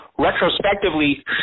retrospectively